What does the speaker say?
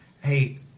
hey